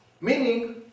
meaning